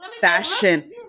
fashion